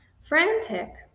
Frantic